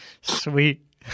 Sweet